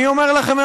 אני אומר לכם,